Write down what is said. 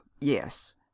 yes